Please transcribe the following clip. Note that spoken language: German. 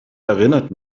erinnert